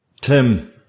Tim